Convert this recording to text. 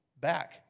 back